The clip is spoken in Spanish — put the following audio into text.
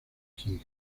king